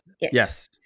Yes